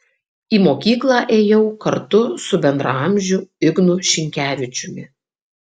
į mokykla ėjau kartu su bendraamžiu ignu šinkevičiumi